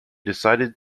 decided